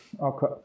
Okay